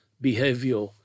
behavior